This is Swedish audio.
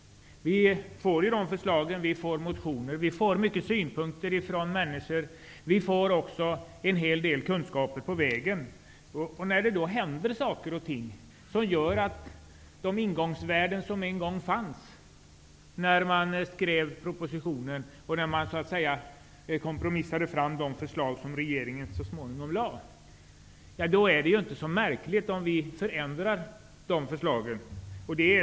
Vi får regeringens förslag, motioner och många synpunkter från människor, och vi får över huvud taget en hel del kunskaper på vägen. Om det händer saker som gör att de ingångsvärden som fanns när propositionen skrevs och lades fram inte längre gäller, är det inte så märkligt av vi här i riksdagen förändrar dessa förslag.